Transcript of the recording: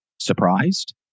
surprised